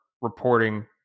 reporting